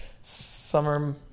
summer